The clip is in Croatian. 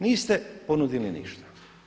Niste ponudili ništa.